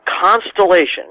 constellation